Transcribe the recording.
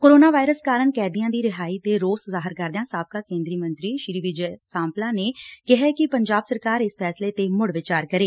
corona virus ਕਾਰਨ ਕੈਦੀਆਂ ਦੀ ਰਿਹਾਈ ਤੇ ਰੋਸ ਜ਼ਾਹਿਰ ਕਰਦਿਆਂ ਵਿਜੈ ਸਾਂਪਲਾ ਨੇ ਕਿਹੈ ਕਿ ਪੰਜਾਬ ਸਰਕਾਰ ਇਸ ਫੈਸਲੇ ਤੇ ਮੁੜ ਵਿਚਾਰ ਕਰੇ